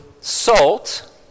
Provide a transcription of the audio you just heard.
salt